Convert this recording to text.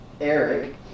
Eric